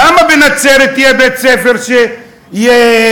למה בנצרת יהיה בית-ספר שיהיה,